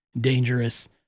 dangerous